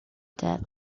dead